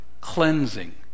cleansing